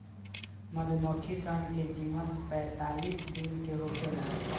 मधुमक्खी सन के जीवन पैतालीस दिन के होखेला